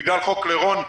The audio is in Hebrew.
בגלל חוק לרון,